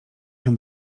się